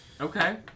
Okay